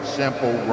simple